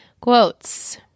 Quotes